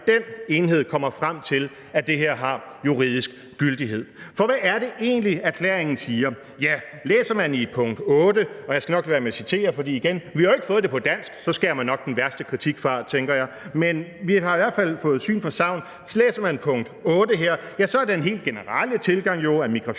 den enhed kommer frem til, at det her har juridisk gyldighed. Kl. 15:14 For hvad er det egentlig, erklæringen siger? Ja, i pkt. 8 – jeg skal nok lade være med at citere, for igen, vi har jo ikke fået det på dansk, for så skærer man nok den værste kritik fra, tænker jeg, men vi har i hvert fald fået syn for sagn – er den helt generelle tilgang jo, at migration